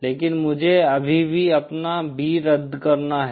लेकिन मुझे अभी भी अपना B रद्द करना है